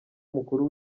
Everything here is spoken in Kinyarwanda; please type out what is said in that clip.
umukuru